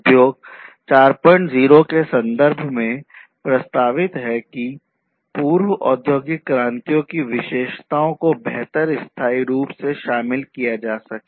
उद्योग 40 के संदर्भ में प्रस्तावित है कि पूर्व औद्योगिक क्रांतियों की विशेषताओं को बेहतर स्थाई रूप से शामिल किया जा सके